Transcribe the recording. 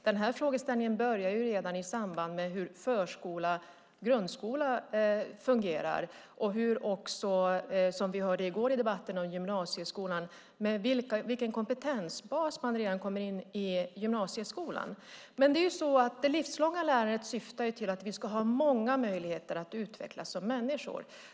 Denna frågeställning börjar redan i samband med hur förskola och grundskola fungerar och, som vi hörde i går i debatten om gymnasieskolan, vilken kompetensbas man kommer in med i gymnasieskolan. Det livslånga lärandet syftar till att vi ska ha många möjligheter att utvecklas som människor.